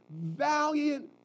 valiant